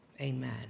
Amen